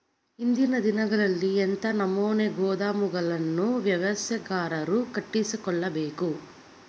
ಇಂದಿನ ದಿನಗಳಲ್ಲಿ ಎಂಥ ನಮೂನೆ ಗೋದಾಮುಗಳನ್ನು ವ್ಯವಸಾಯಗಾರರು ಕಟ್ಟಿಸಿಕೊಳ್ಳಬೇಕು?